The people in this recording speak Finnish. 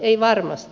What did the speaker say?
ei varmasti